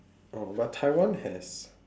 oh but taiwan has